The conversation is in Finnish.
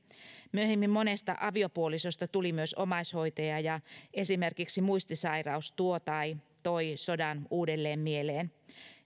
myöhemmin monesta aviopuolisosta tuli myös omaishoitaja ja esimerkiksi muistisairaus tuo tai toi sodan uudelleen mieleen